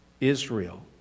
Israel